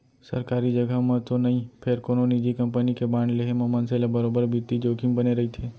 सरकारी जघा म तो नई फेर कोनो निजी कंपनी के बांड लेहे म मनसे ल बरोबर बित्तीय जोखिम बने रइथे